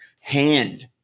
Hand